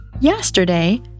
Yesterday